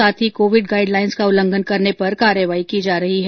साथ ही covid guidelines का उल्लंघन करने पर कार्रवाई की जा रही है